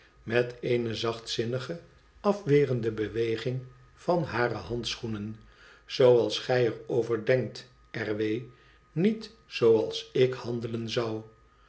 met eene zachtzinnig afwerende beweging van hare handschoenen izooals gij er over denkt r w niet zooals ik handelen zou